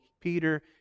Peter